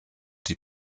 die